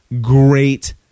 great